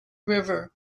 river